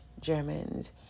germans